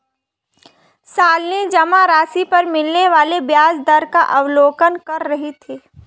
शालिनी जमा राशि पर मिलने वाले ब्याज दर का अवलोकन कर रही थी